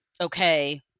okay